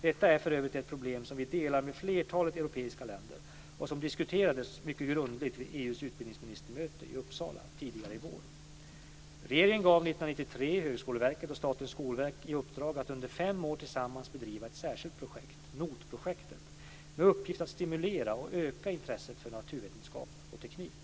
Detta är för övrigt ett problem som vi delar med flertalet europeiska länder och som diskuterades mycket grundligt vid EU:s utbildningsministermöte i Uppsala tidigare i vår. Regeringen gav 1993 Högskoleverket och Statens skolverk i uppdrag att under fem år tillsammans bedriva ett särskilt projekt, NOT-projektet, med uppgift att stimulera och öka intresset för naturvetenskap och teknik.